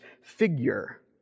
figure